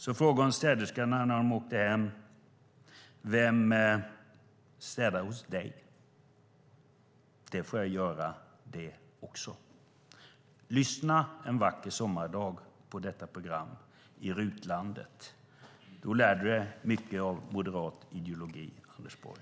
Hon frågade städerskorna när de åkte hem: Vem städar hos dig? Det får jag göra, det också, svarade de. Lyssna en vacker sommardag på detta program om RUT-landet. Då lär du dig mycket av moderat ideologi, Anders Borg.